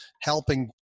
helping